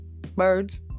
Birds